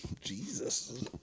Jesus